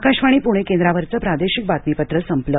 आकाशवाणी पुणे केंद्रावरचं प्रादेशिक बातमीपत्र संपलं